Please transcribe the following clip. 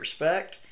respect